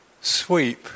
sweep